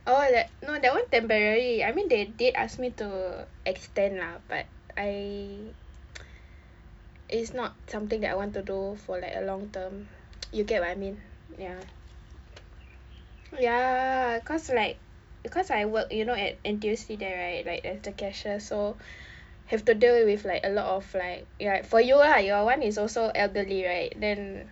oh that no that one temporary I mean they did ask me to extend lah but I it's not something that I want to do for like a long term you get what I mean ya ya cause like cause I work you know at N_T_U_C there right like as the cashier so have to deal with like a lot of like like for you lah your one is also elderly right then